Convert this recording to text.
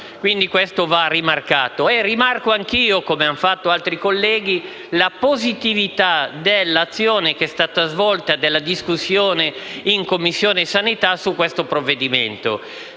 Questo va rimarcato. Sottolineo anche io, come hanno fatto altri colleghi, la positività dell'azione svolta e della discussione in Commissione sanità su questo provvedimento.